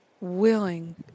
willing